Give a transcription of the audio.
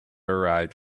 arrived